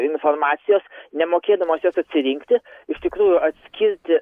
informacijos nemokėdamas jos atsirinkti iš tikrųjų atskirti